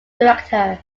director